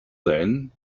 then